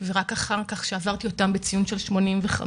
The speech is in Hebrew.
ורק אחר-כך, כשעברתי אותם בציון 85,